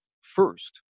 first